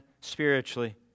spiritually